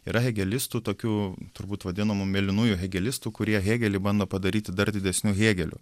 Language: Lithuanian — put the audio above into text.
yra hėgelistų tokių turbūt vadinamų mėlynųjų hėgelistų kurie hėgelį bando padaryti dar didesniu hėgeliu